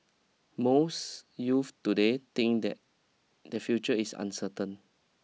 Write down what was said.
most youth today think that their future is uncertain